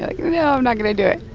no, yeah i'm not going to do it?